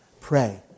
Pray